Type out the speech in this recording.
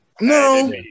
No